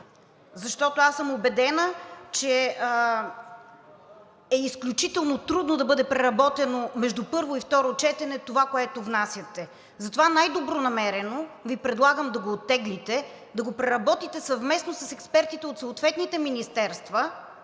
защото аз съм убедена, че е изключително трудно да бъде преработено между първо и второ четене това, което внасяте. Затова най-добронамерено Ви предлагам да го оттеглите, да го преработите съвместно с експертите от съответните министерства,